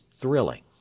thrilling